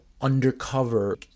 undercover